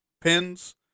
pins